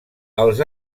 els